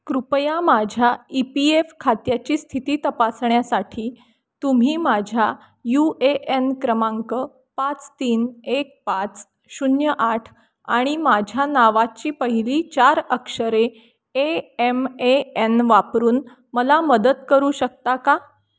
कृपया माझ्या E P F खात्याची स्थिती तपासण्यासाठी तुम्ही माझ्या यू ए एन क्रमांक पाच तीन एक पाच शून्य आठ आणि माझ्या नावाची पहिली चार अक्षरे ए एम ए एन वापरून मला मदत करू शकता का